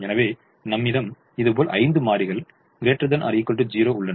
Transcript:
எனவே நம்மீடம் இதுபோல் 5 மாறிகள் ≥ 0 உள்ளன